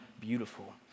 beautiful